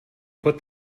put